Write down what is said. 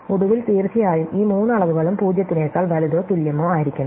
ഒടുവിൽ തീർച്ചയായും ഈ മൂന്ന് അളവുകളും 0 ത്തിനേക്കാൾ വലുതോ തുല്യമോ ആയിരിക്കണം